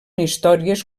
històries